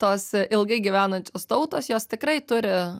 tos ilgai gyvenančios tautos jos tikrai turi